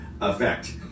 effect